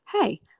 Hey